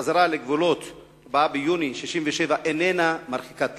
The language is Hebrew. וחזרה לגבולות 4 ביוני 67' אינה מרחיקת לכת.